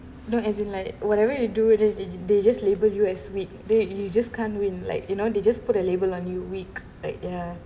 no as in like whatever you do they they they just label you as weak that you just can't win like you know they just put a label on you weak like ya